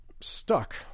stuck